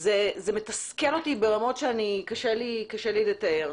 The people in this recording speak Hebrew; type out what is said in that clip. זה מתסכל אותי ברמות שקשה לי לתאר.